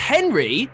Henry